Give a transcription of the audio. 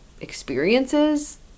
experiences